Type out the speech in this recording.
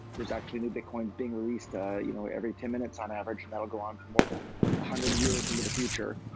there's actually new bitcoins being released ah you know every ten minutes on average and that will go on for more than a one hundred years into the future.